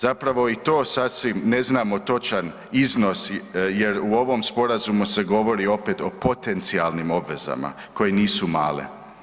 Zapravo i to sasvim ne znamo točan iznos jer u ovom sporazumu se govori opet o potencijalnim obvezama koje nisu male.